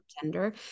tender